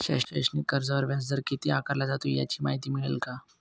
शैक्षणिक कर्जावर व्याजदर किती आकारला जातो? याची माहिती मिळेल का?